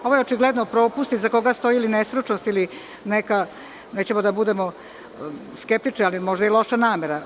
Ovo je očigledno propust iza koga stoji nestručnost ili neka, nećemo da budemo skeptični, loša namera.